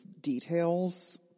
details